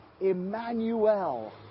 Emmanuel